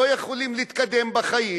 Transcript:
לא יכולים להתקדם בחיים.